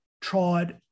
tried